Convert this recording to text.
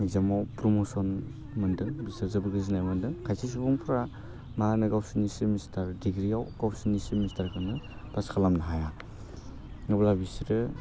एग्जामाव प्रमसन मोन्दों बिसोर जेबोर बुजिनाय मोन्दों खायसे सुबुंफ्रा माहोनो गावसोरनि सेमेस्टार डिग्रीयाव गावसिनि सेमिस्टाखौनो पास खालामनो हाया